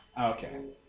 Okay